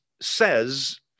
says